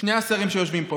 שני השרים שיושבים פה,